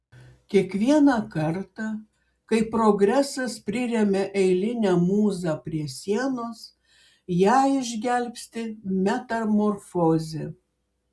kiekvieną kartą kai progresas priremia eilinę mūzą prie sienos ją išgelbsti metamorfozė